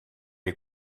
est